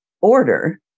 order